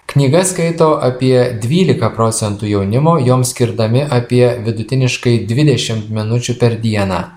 knygas skaito apie dvylika procentų jaunimo joms skirdami apie vidutiniškai dvidešim minučių per dieną